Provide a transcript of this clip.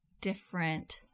different